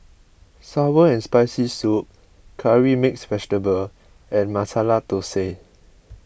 Sour and Spicy Soup Curry Mixed Vegetable and Masala Thosai